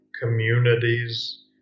communities